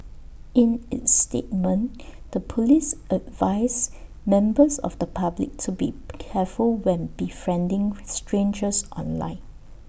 in its statement the Police advised members of the public to be careful when befriending with strangers online